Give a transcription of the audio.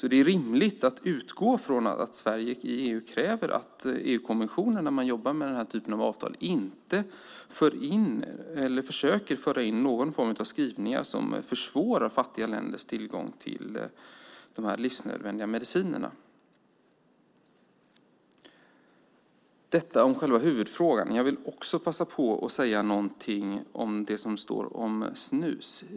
Det är rimligt att utgå från att Sverige i EU kräver att EU-kommissionen när man jobbar med den här typen av avtal inte försöker föra in någon form av skrivningar som försvårar fattiga länders tillgång till de livsnödvändiga medicinerna. Detta om själva huvudfrågan. Jag vill också passa på att säga någonting om det som står om snus.